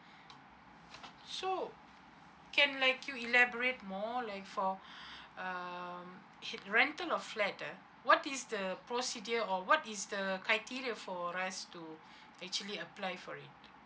so can like you elaborate more like for um K rental of flat ah what is the procedure or what is the criteria for us to actually apply for it